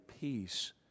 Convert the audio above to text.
peace